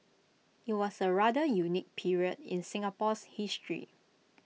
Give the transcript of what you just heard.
IT was A rather unique period in Singapore's history